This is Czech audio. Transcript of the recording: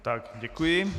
Tak děkuji.